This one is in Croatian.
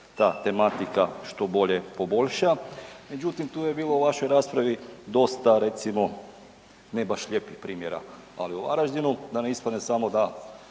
ta tematika što bolje poboljša. Međutim, tu je bilo u vašoj raspravi dosta recimo ne baš lijepih primjera, ali u Varaždinu da ne ispadne samo da